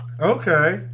Okay